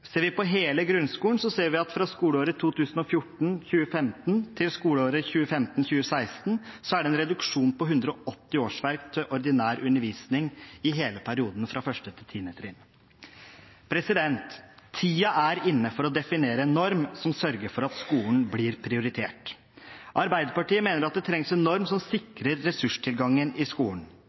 Ser vi på hele grunnskolen, ser vi at fra skoleåret 2014–2015 til skoleåret 2015–2016 er det en reduksjon på 180 årsverk til ordinær undervisning i hele perioden, fra 1. til 10. trinn. Tiden er inne for å definere en norm som sørger for at skolen blir prioritert. Arbeiderpartiet mener at det trengs en norm som sikrer ressurstilgangen i skolen,